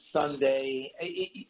Sunday